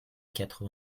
quatre